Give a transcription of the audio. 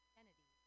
Kennedy